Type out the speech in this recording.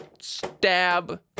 stab